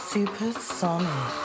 Supersonic